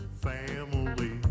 Family